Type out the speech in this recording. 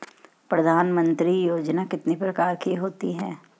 प्रधानमंत्री योजना कितने प्रकार की होती है?